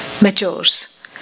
matures